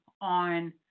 on